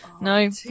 No